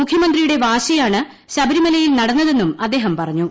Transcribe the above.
മുഖ്യമന്ത്രിയുടെ വാശിയാണ് ശബരിമലയിൽ നടന്നതെന്നും അദ്ദേഹം പറഞ്ഞു